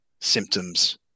symptoms